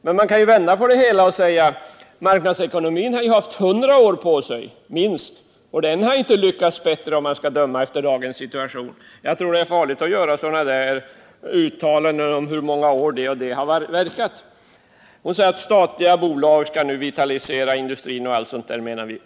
Men man kan också vända på det hela och säga: Marknadsekonomin har haft minst 100 år på sig, och den har inte lyckats bättre att döma av dagens situation. Jag tror att det är farligt att göra sådana där uttalanden om hur många år det eller det har verkat. Sedan säger Margaretha af Ugglas att vi socialdemokrater menar att statliga bolag skall vitalisera industrin.